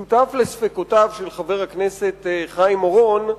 אני שותף לספקותיו של חבר הכנסת חיים אורון,